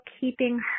keeping